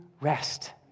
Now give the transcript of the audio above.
rest